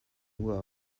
uhr